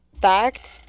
fact